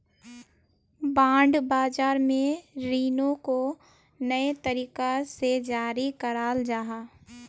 bond बाज़ार में रीनो को नए तरीका से जारी कराल जाहा